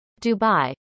Dubai